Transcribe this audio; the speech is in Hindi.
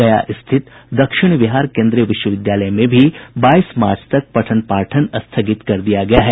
गया स्थित दक्षिण बिहार केंद्रीय विश्वविद्यालय में भी बाईस मार्च तक पठन पाठन स्थगित कर दिया गया है